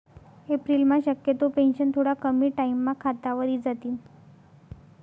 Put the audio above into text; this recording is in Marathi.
एप्रिलम्हा शक्यतो पेंशन थोडा कमी टाईमम्हा खातावर इजातीन